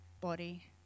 body